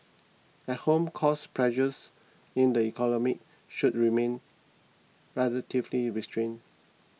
at home cost pressures in the economy should remain relatively restrained